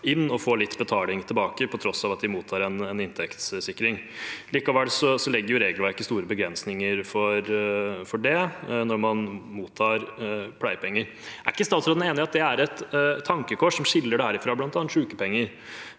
og få litt betaling tilbake, på tross av at de mottar en inntektssikring. Likevel legger regelverket store begrensninger for det når man mottar pleiepenger. Er ikke statsråden enig i at det er et tankekors, som skiller dette fra bl.a. sykepenger,